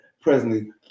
presently